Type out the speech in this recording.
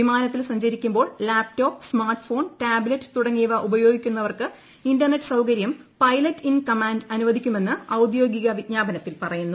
വിമാനത്തിൽ സഞ്ചരിക്കുമ്പോൾ laptop smartphone tablet തുടങ്ങിയവ ഉപയോഗിക്കുന്നവർക്ക് ഇന്റർനെറ്റ് സൌകര്യം പൈലറ്റ് ഇൻ കമാൻഡ് അനുവദിക്കുമെന്ന് ഔദ്യോഗിക വിജ്ഞാപനത്തിൽ പറയുന്നു